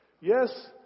Yes